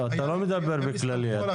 אתה לא מדבר בכללי.